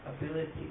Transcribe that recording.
ability